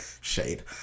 Shade